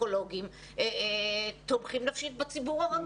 פסיכולוגים שיתמכו נפשית בציבור הרגיל,